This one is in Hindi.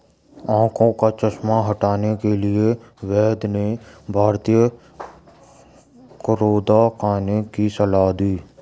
आंखों का चश्मा हटाने के लिए वैद्य ने भारतीय करौंदा खाने की सलाह दी